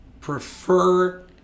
prefer